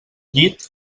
llit